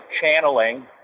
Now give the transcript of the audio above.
channeling